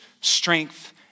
strength